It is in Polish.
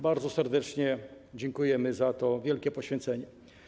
Bardzo serdecznie dziękujemy za to wielkie poświęcenie.